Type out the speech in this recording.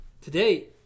Today